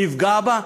נפגע בה?